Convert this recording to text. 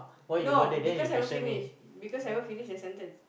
no because haven't finish because haven't finish the sentence